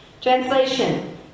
Translation